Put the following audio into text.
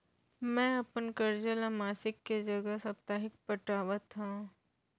मै अपन कर्जा ला मासिक के जगह साप्ताहिक पटावत हव